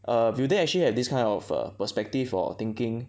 err they won't actually have this kind of err perspective or thinking